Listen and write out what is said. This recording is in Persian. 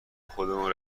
خودمون